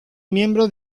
miembro